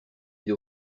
vide